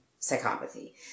psychopathy